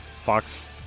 Fox